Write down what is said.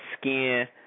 skin